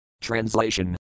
Translation